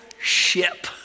ship